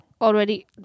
already